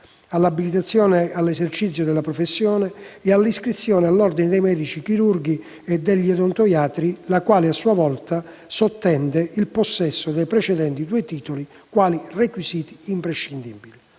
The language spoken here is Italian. all'abilitazione all'esercizio della professione e all'iscrizione all'Ordine dei medici chirurghi e degli odontoiatri, la quale a sua volta sottende il possesso dei precedenti due titoli quali requisiti imprescindibili».